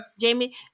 Jamie